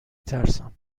ترسم